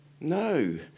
No